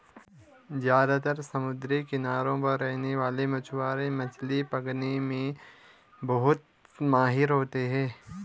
ज्यादातर समुद्री किनारों पर रहने वाले मछवारे मछली पकने में बहुत माहिर होते है